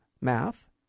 math